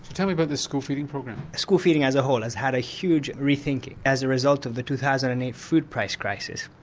tell me about the school feeding program. the school feeding as a whole has had a huge re-think as a result of the two thousand and eight food price crisis.